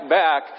back